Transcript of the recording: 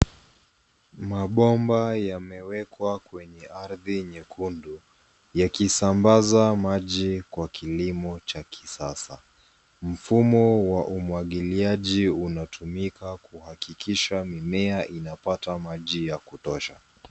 Mabomba yamewekwa kwenye ardhi nyekundu yakisambaza maji kwa kilimo cha kisasa. Mfumo wa umwagiliaji unatumika kuhakikisha mimea inapata maji ya kutosha.